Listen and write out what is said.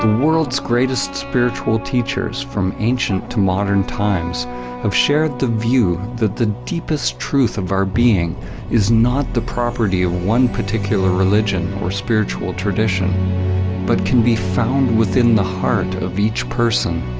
world's greatest spiritual teachers from ancient to modern times have shared the view that the deepest truth of our being is not the property of one particular religion or spiritual tradition but can be found within the heart of each person.